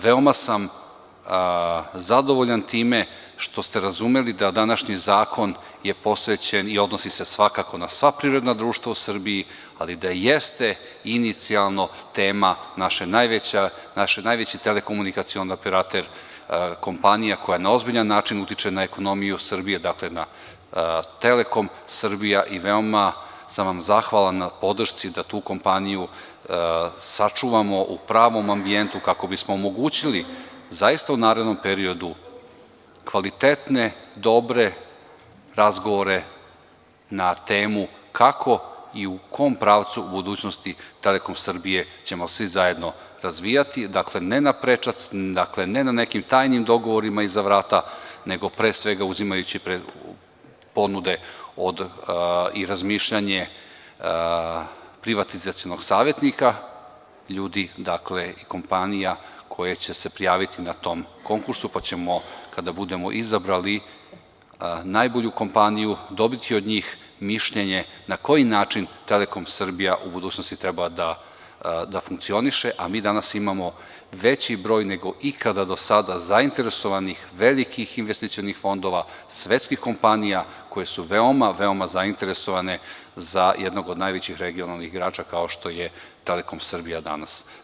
Veoma sam zadovoljan time što ste razumeli da današnji zakon je posvećen i odnosi se svakako na sva privredna društva u Srbiji, ali da jeste inicijalno tema naš najveći telekomunikacioni operater, kompanija koja na ozbiljan način utiče na ekonomiju Srbije, da, „Telekom Srbija“ i veoma sam zahvalan na podršci da tu kompaniju sačuvamo u pravom ambijentu kako bi smo omogućili zaista u narednom periodu kvalitetne, dobre razgovore na temu kako i u kom pravcu u budućnosti „Telekom Srbija“ ćemo svi zajedno razvijati, ne na prečac, ne na nekim tajnim dogovorima iza vrata, nego pre svega uzimajući ponude i razmišljanje privatizacionog savetnika, ljudi, kompanija koje će se prijaviti na tom konkursu, pa ćemo kada budemo izabrali najbolju kompaniju dobiti od njih mišljenje na koji način „Telekom Srbija“ u budućnosti treba da funkcioniše, a mi danas imamo veći broj nego ikada do sada zainteresovanih velikih investicionih fondova, svetskih kompanija koje su veoma zainteresovane za jednog od najvećih regionalnih igrača kao što je „Telekom Srbija“ danas.